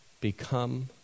become